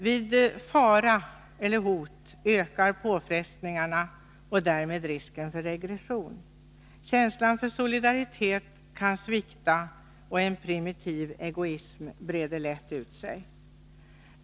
Vid fara eller hot ökar påfrestningarna och därmed risken för regression. Känslan för solidaritet kan svikta, och en primitiv egoism lätt breda ut sig.